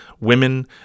women